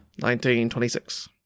1926